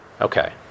Okay